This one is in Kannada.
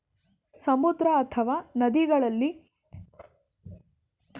ಸಮುದ್ರ ಅಥವಾ ನದಿಯಲ್ಲಿ ಮೀನು ಹಿಡಿಯಲು ಬಳಸೋದೋಣಿಅಥವಾಹಡಗನ್ನ ಮೀನುಗಾರಿಕೆ ಹಡಗು ಅಂತಾರೆ